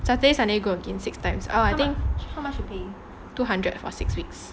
saturday sunday go again six times oh I think two hundred for six weeks